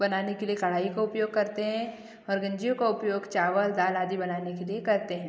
बनाने के लिए कड़ाही का उपयोग करते हैं और गंजियों का उपयोग चावल दाल आदि बनाने के लिए करते हैं